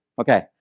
Okay